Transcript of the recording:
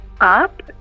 up